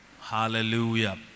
Hallelujah